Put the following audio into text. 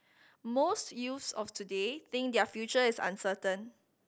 most youths of today think their future is uncertain